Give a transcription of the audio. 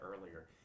earlier